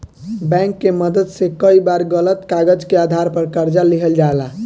bank के मदद से कई बार गलत कागज के आधार पर कर्जा लिहल जाला